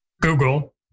Google